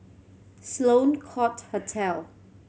Sloane Court Hotel